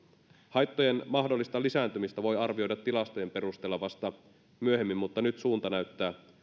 haittojen mahdollista lisääntymistä voi arvioida tilastojen perusteella vasta myöhemmin mutta nyt suunta näyttää